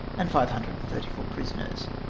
and five hundred and thirty four prisoners.